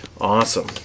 Awesome